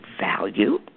value